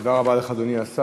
תודה רבה לך, אדוני השר.